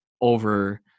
over